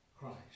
Christ